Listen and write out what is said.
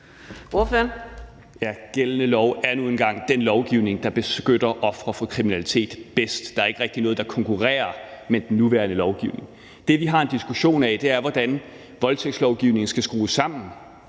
gældende lov er nu engang den lovgivning, der beskytter ofre for kriminalitet bedst. Der er ikke rigtig noget, der konkurrerer med den nuværende lovgivning. Det, vi har en diskussion af, er, hvordan voldtægtslovgivningen skal skrues sammen.